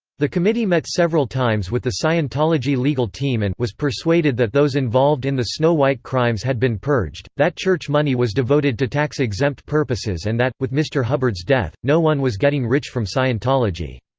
the committee met several times with the scientology legal team and was persuaded that those involved in the snow white crimes had been purged, that church money was devoted to tax-exempt purposes and that, with mr. hubbard's death, no one was getting rich from scientology.